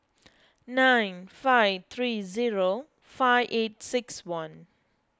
nine five three zero five eight six one